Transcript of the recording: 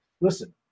listen